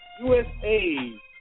USA